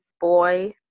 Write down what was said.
boy